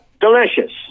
Delicious